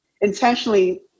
intentionally